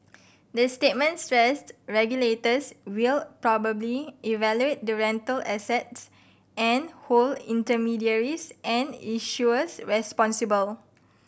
the statement stressed regulators will properly evaluate the rental assets and hold intermediaries and issuers responsible